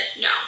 no